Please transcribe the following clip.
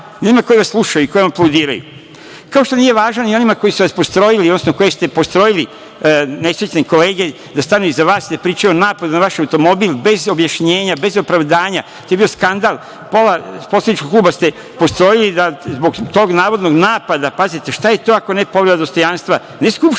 Nema ko da vas sluša i koji vam aplaudiraju, kao što nije važno ni onima koji su vas postrojili, odnosno koje ste postrojili, nesrećne kolege, da stanu iza vas i da pričaju o napadu na vaš automobil, bez objašnjenja, bez opravdanja. To je bio skandal. Pola poslaničkog kluba ste postrojili zbog tog navodnog napada. Pazite, šta je to ako ne povreda dostojanstva, ne Skupštine,